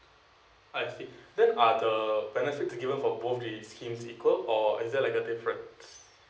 I see then are the benefit to given for both the schemes equal or is that like a different